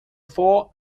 four